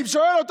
אני שואל אותו.